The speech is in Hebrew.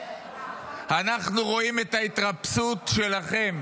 אנחנו רואים את ההתרפסות שלכם,